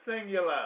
singular